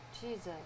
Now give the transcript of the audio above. Jesus